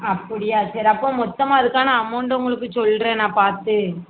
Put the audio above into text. அப்படியா சரி அப்போ மொத்தமாக இருக்கு ஆனால் அமௌண்ட்டு உங்களுக்கு சொல்லுறேன் நான் பார்த்து